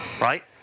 Right